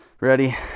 ready